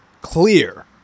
clear